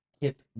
hip